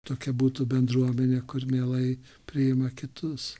tokia būtų bendruomenė kur mielai priima kitus